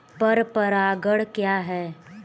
पर परागण क्या है?